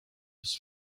his